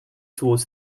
towards